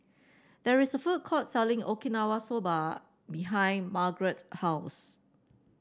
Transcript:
there is a food court selling Okinawa Soba behind Margretta's house